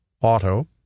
auto